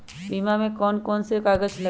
बीमा में कौन कौन से कागज लगी?